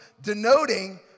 denoting